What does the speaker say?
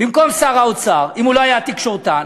במקום שר האוצר, אם הוא לא היה תקשורתן?